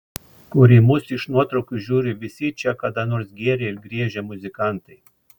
kur į mus iš nuotraukų žiūri visi čia kada nors gėrę ir griežę muzikantai